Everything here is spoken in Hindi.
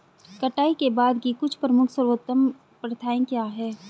कटाई के बाद की कुछ प्रमुख सर्वोत्तम प्रथाएं क्या हैं?